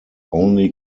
only